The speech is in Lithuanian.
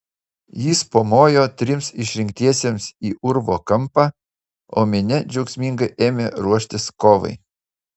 jis pamojo trims išrinktiesiems į urvo kampą o minia džiaugsmingai ėmė ruoštis kovai